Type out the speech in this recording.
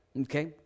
okay